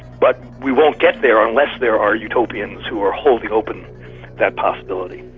but we won't get there unless there are utopians who are holding open that possibility.